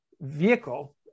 vehicle